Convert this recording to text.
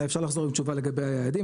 אפשר לחזור עם תשובה לגבי היעדים,